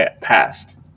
passed